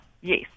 yes